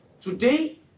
today